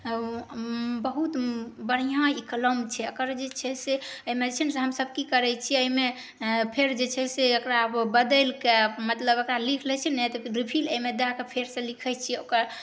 एकर बहुत बढ़िआँ ई कलम छै एकर जे छै से एहिमे छै ने हमसब की करै छिए एहिमे फेर जे छै से एकरा बदलिके मतलब एकरा लिखि लै छिए ने तऽ फेर रिफिल एहिमे दऽ कऽ फेरसँ लिखै छिए